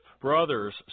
Brothers